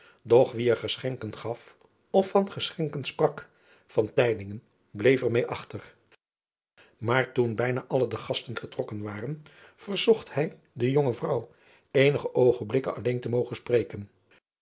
wie er geschenken gaf of van geschenken sprak bleef er meê achter aar toen bijna alle de gasten vertrokken waren verzocht hij de jonge vrouw eenige oogenblikken alleen te mogen spreken